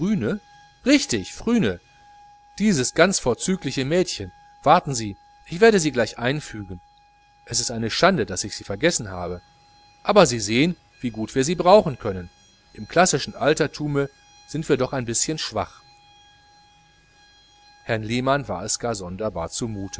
richtig phryne dieses ganz vorzügliche mädchen warten sie ich werde sie gleich einfügen es ist eine schande daß ich sie vergessen habe aber sie sehen wie gut wir sie brauchen können im klassischen altertum sind wir doch ein bischen schwach herrn lehmann war es gar sonderbar zumute